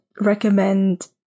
recommend